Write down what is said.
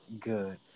good